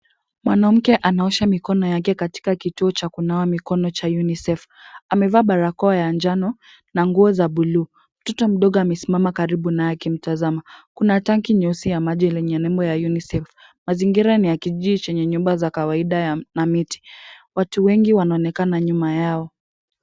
Mwanamke anaosha mikono yake katika kituo cha kunawa mikono cha UNICEF. Amevaa barakoa ya njano na nguo za buluu. Mtoto mdogo amesimama karibu naye akimtazama. Kuna tanki nyeusi ya maji yenye nembo ya UNICEF.Mazingira ni ya kijiji zenye nyumba ya kawaida na miti. Watu wengi wanaonekana nyuma yao.